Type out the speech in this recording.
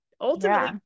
ultimately